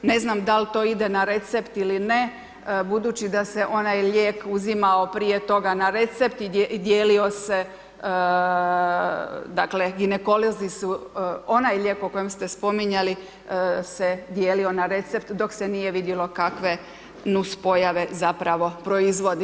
Ne znam dal to ide na recept ili ne, budući da se je onaj lijek uzimao prije toga na recept i dijelio se dakle, ginekolozi su, onaj lijek koji ste spominjali, se dijelio na recept, dok se nije vidjelo kakve nuspojave proizvodi.